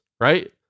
right